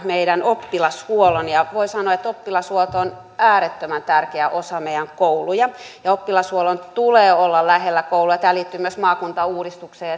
meidän oppilashuollon ja voi sanoa että oppilashuolto on äärettömän tärkeä osa meidän kouluja ja oppilashuollon tulee olla lähellä kouluja tämä liittyy myös maakuntauudistukseen